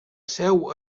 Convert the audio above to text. seu